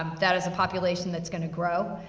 um that is a population that's gonna grow,